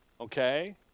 okay